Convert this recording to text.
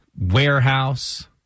warehouse